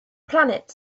planet